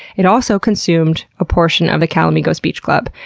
it also consumed a portion of the calamigos beach club.